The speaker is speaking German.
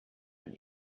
ein